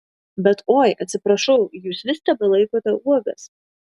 bet oi atsiprašau jūs vis tebelaikote uogas